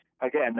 Again